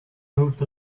moved